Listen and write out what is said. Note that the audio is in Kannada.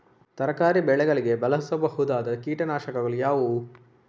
ತರಕಾರಿ ಬೆಳೆಗಳಿಗೆ ಬಳಸಬಹುದಾದ ಕೀಟನಾಶಕಗಳು ಯಾವುವು?